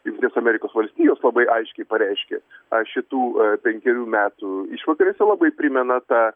jungtinės amerikos valstijos labai aiškiai pareiškia a šitų penkerių metų išvakarėse labai primena tą